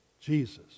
Jesus